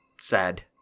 Sad